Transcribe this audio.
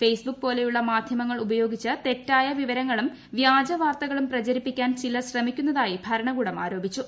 face book പോലെയുള്ള മാധ്യമങ്ങൾ ഉപയോഗിച്ച് തെറ്റായ വിവരങ്ങളും വ്യാജ വാർത്തകളും പ്രചരിപ്പിക്കാൻ ചിലർ ശ്രമിക്കുന്നതായി ഭരണകൂടം ആരോപിച്ചു